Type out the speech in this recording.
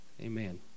Amen